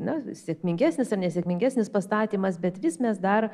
na sėkmingesnis ir nesėkmingesnis pastatymas bet vis mes dar